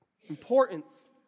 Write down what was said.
importance